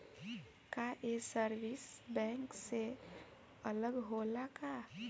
का ये service bank से अलग होला का?